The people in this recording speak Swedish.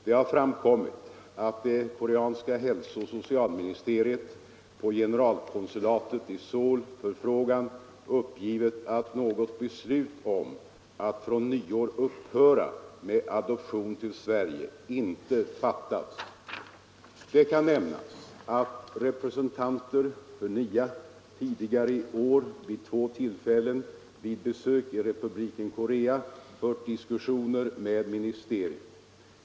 Det har framkommit att det koreanska hälsooch socialministeriet, på generalkonsulatets i Seoul förfrågan, uppgivit att något beslut om att från nyår upphöra med adoptionerna till Sverige inte fattats. Det kan nämnas att representanter för NIA tidigare i år vid två tillfällen vid besök i Republiken Korea fört diskussioner med ministeriet.